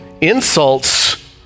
insults